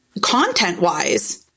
content-wise